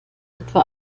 etwa